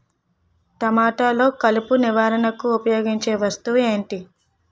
టమాటాలో కలుపు నివారణకు ఉపయోగించే వస్తువు ఏంటి?